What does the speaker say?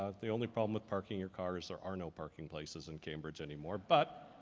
ah the only problem with parking your car is, there are no parking places in cambridge anymore. but